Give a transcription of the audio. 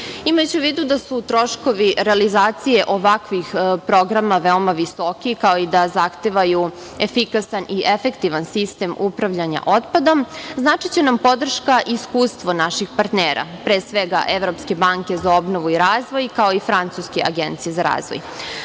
u vidu da su troškovi realizacije ovakvih programa veoma visoki kao i da zahtevaju efikasan i efektivan sistem upravljanja otpadom, značiće nam podrška iskustvo naših partnera, pre svega Evropske banke za obnovu i razvoj kao i Francuske agencije za razvoj. Ovaj